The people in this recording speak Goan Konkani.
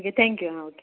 ओके थँक्यू आं ओके